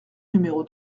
numéro